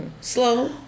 Slow